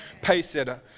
paysetter